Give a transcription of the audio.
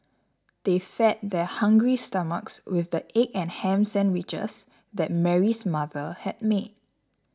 they fed their hungry stomachs with the egg and ham sandwiches that Mary's mother had made